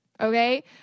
okay